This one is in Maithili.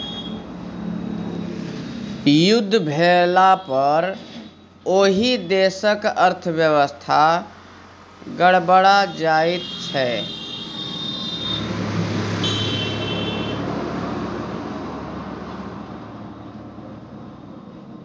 युद्ध भेलापर ओहि देशक अर्थव्यवस्था गड़बड़ा जाइत छै